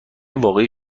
واقعی